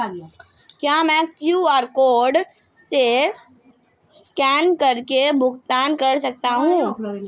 क्या मैं QR code को स्कैन करके भुगतान कर सकता हूं?